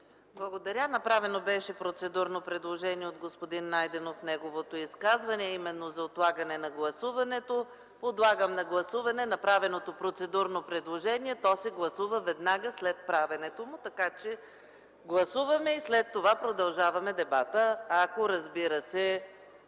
Благодаря. Направено беше процедурно предложение от господин Найденов в неговото изказване, а именно за отлагане на гласуването. Подлагам на гласуване направеното процедурно предложение, то се гласува веднага след правенето му, така че гласуваме и след това продължаваме дебата, ако, разбира се,